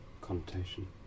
connotation